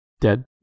Dead